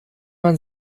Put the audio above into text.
man